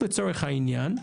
לצורך העניין,